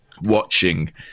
watching